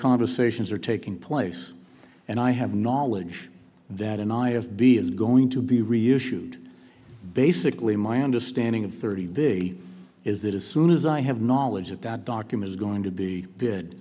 conversations are taking place and i have knowledge that and i have bee is going to be reissued basically my understanding of thirty day is that as soon as i have knowledge of that document is going to be bid